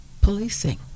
policing